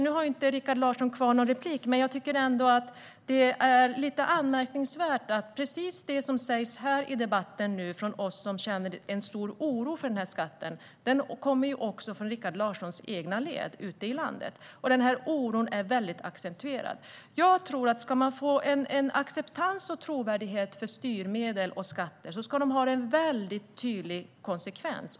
Nu har inte Rikard Larsson någon replik kvar, men jag tycker ändå att det är lite anmärkningsvärt att precis det som sägs här i debatten från oss som känner en stor oro för den här skatten även kommer från Rikard Larssons egna led ute i landet, och den oron är väldigt accentuerad. Jag tror att om man ska få en acceptans för och en trovärdighet när det gäller styrmedel och skatter ska de ha en väldigt tydlig konsekvens.